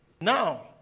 now